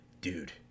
dude